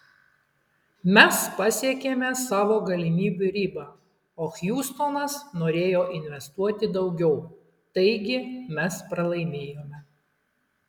mes pasiekėme savo galimybių ribą o hjustonas norėjo investuoti daugiau taigi mes pralaimėjome